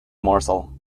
morsel